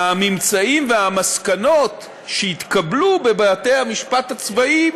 הממצאים והמסקנות שיתקבלו בבתי-המשפט הצבאיים